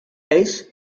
ace